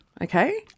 Okay